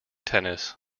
tennis